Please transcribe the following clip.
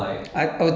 ya